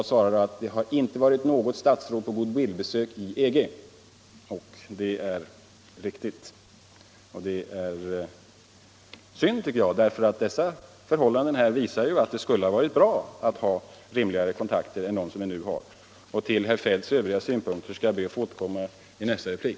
Jag svarade att det inte har varit något statsråd på goodwillbesök i EG, och det är riktigt. Det är synd, tycker jag, för dessa förhållanden som jag talat om visar ju att det skulle ha varit bra att ha rimligare kontakter än dem som vi nu har. Till herr Feldts övriga synpunkter skall jag be att få återkomma i nästa replik.